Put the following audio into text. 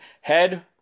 Head